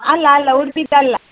ಅಲ್ಲ ಅಲ್ಲ ಉಡುಪಿದಲ್ಲ